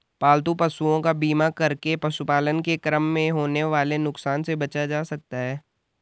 पालतू पशुओं का बीमा करके पशुपालन के क्रम में होने वाले नुकसान से बचा जा सकता है